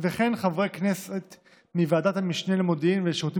וכן חברי כנסת מוועדת המשנה למודיעין ולשירותים